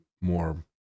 more